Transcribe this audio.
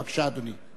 בבקשה, אדוני.